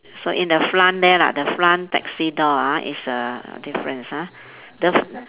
so in the front there lah the front taxi door ah is a difference ah the f~